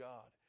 God